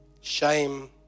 shame